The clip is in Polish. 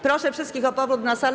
Proszę wszystkich o powrót na salę.